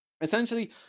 essentially